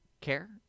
care